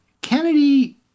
Kennedy